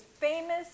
famous